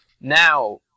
now